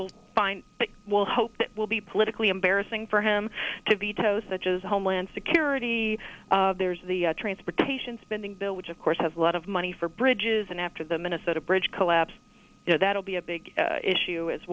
will find but will hope it will be politically embarrassing for him to veto such as homeland security there's the transportation spending bill which of course has a lot of money for bridges and after the minnesota bridge collapse you know that will be a big issue as